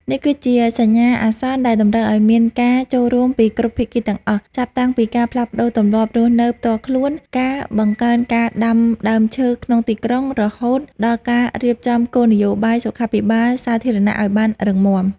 នេះគឺជាសញ្ញាអាសន្នដែលតម្រូវឱ្យមានការចូលរួមពីគ្រប់ភាគីទាំងអស់ ចាប់តាំងពីការផ្លាស់ប្តូរទម្លាប់រស់នៅផ្ទាល់ខ្លួន ការបង្កើនការដាំដើមឈើក្នុងទីក្រុង រហូតដល់ការរៀបចំគោលនយោបាយសុខាភិបាលសាធារណៈឱ្យបានរឹងមាំ។